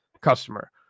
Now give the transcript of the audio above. customer